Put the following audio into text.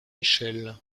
échelle